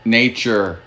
nature